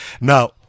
Now